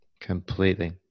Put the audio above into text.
Completely